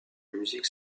musique